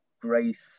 Grace